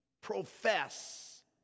profess